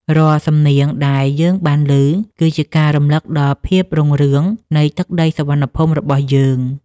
រាល់សំនៀងដែលយើងបានឮ គឺជាការរំលឹកដល់ភាពរុងរឿងនៃទឹកដីសុវណ្ណភូមិរបស់យើង។